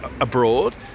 abroad